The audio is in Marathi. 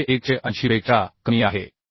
आणि हे 180 पेक्षा कमी आहे